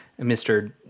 Mr